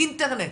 אינטרנט,